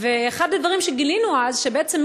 ואחד הדברים שגילינו אז הוא שבעצם,